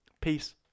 peace